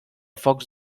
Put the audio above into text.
focs